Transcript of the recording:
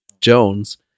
Jones